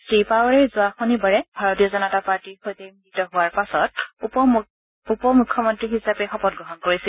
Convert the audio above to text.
শ্ৰী পাৱাৰে যোৱা শনিবাৰে ভাৰতীয় জনতা পাৰ্টিৰ সৈতে মিলিত হোৱাৰ পাছত উপমুখ্যমন্ত্ৰী হিচাপে শপতগ্ৰহণ কৰিছিল